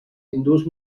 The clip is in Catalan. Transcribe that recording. hindús